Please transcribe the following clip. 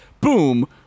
boom